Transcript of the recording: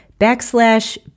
backslash